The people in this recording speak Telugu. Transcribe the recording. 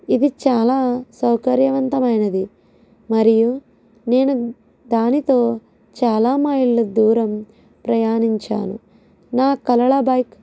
ఇది చాలా సౌకర్యవంతమైనది మరియు నేను దానితో చాలా మైళ్ళు దూరం ప్రయాణించాను నా కళల బైక్